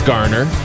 Garner